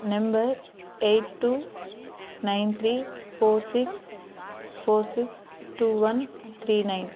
number eight two nine three four six four six two one three nine